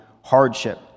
hardship